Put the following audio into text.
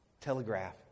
telegraph